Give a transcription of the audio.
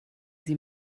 sie